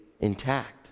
intact